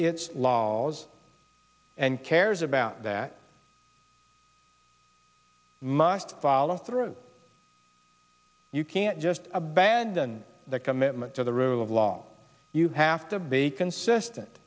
its laws and cares about that must follow through you can't just abandon that commitment to the rule of law you have to be consistent